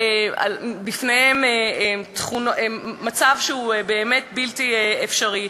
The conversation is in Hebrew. בפניהם מצב בלתי אפשרי,